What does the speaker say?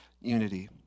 unity